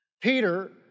Peter